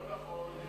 לא נכון.